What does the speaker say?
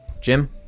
Jim